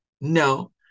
No